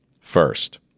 First